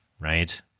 right